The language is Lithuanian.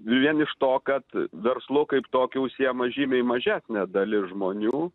vien iš to kad verslu kaip tokiu užsiima žymiai mažesnė dalis žmonių